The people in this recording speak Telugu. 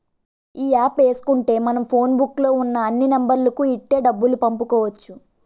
ఈ యాప్ ఏసుకుంటే మనం ఫోన్ బుక్కు లో ఉన్న అన్ని నెంబర్లకు ఇట్టే డబ్బులు పంపుకోవచ్చు